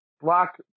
Block